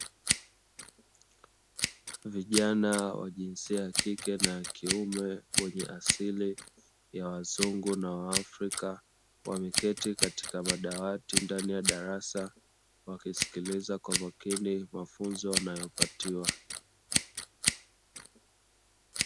Vijana wa jinsia ya kike na kiume wenye asili ya wazungu na waafrika wameketi katika madawati ndani ya darasa, wakisikiliza kwa makini mafunzo wanayopatiwa.